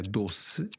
doce